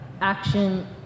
action